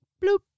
Bloop